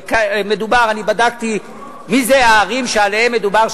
ואני בדקתי מי הערים שעליהן מדובר,